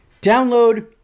Download